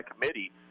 committee